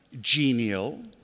genial